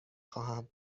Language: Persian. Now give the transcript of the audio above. خواهم